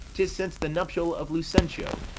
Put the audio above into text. tis since the nuptial of lucentio,